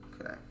Okay